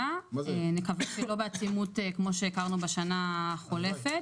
נקווה שלא בעצימות כמו שהכרנו בשנה החולפת,